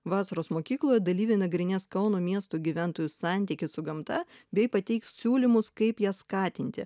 vasaros mokykloje dalyviai nagrinės kauno miesto gyventojų santykį su gamta bei pateiks siūlymus kaip ją skatinti